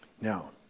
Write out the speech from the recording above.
Now